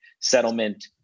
settlement